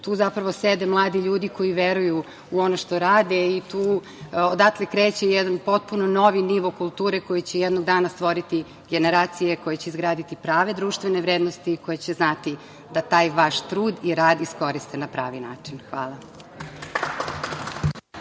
Tu zapravo sede mladi ljudi koji veruju u ono što rade i odatle kreće jedan potpuno novi nivo kulture koji će jednog dana stvoriti generacije koje će izgraditi prave društvene vrednosti koje će znati da taj vaš trud i rad iskoriste na pravi način. Hvala.